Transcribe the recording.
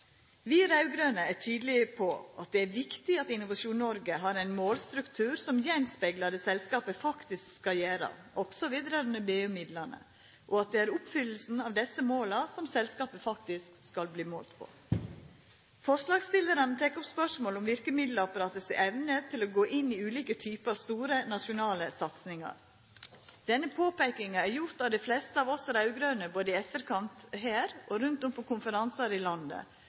Vi raud-grøne er tydelege på at det er viktig at Innovasjon Norge har ein målstruktur som speglar det selskapet faktisk skal gjera, òg når det gjeld BU-midlane, og at det er oppfyllinga av desse måla som selskapet faktisk skal verte målt på. Forslagsstillarane tek opp spørsmålet om verkemiddelapparatet si evne til å gå inn i ulike typar store, nasjonale satsingar. Denne påpeikinga er gjort av dei fleste av oss raud-grøne både i etterkant her og rundt om i landet på konferansar.